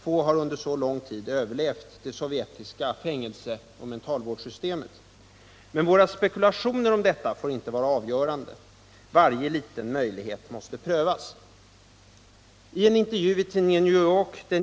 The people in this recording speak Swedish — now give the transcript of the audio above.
Få har under så lång tid överlevt de sovjetiska fängelse och mentalvårdssystemen. Men våra spekulationer om detta får inte vara avgörande. Varje liten möjlighet måste prövas. I en intervju i tidningen New York den.